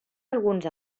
alguns